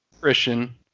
Christian